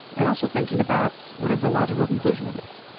and also thinking about what is the logical conclusion of this.